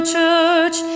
Church